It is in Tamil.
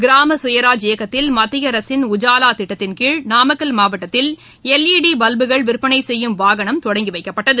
கிராம சுயராஜ் இயக்கத்தில் மத்திய அரசின் உஜாவா திட்டத்தின்கீழநாமக்கல் மாவட்டத்தில் எல் ஈ டி பல்புகள் விற்பனை செய்யும் வாகனம் தொடங்கிவைக்கப்பட்டது